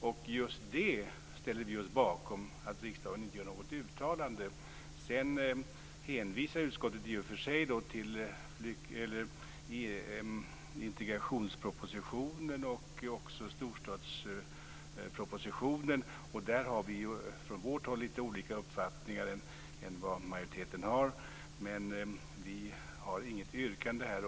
Vi ställer oss bakom att riksdagen inte gör något uttalande. Sedan hänvisar utskottet till integrationspropositionen och storstadspropositionen. Där har vi lite olika uppfattningar mot vad majoriteten har, men vi har inget yrkande här.